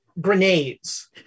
grenades